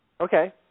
Okay